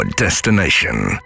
destination